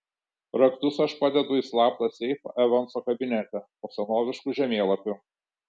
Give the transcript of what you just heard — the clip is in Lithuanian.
raktus aš padedu į slaptą seifą evanso kabinete po senovišku žemėlapiu